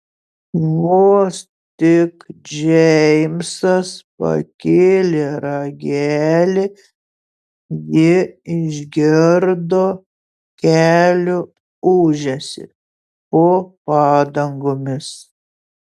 vos tik džeimsas pakėlė ragelį ji išgirdo kelio ūžesį po padangomis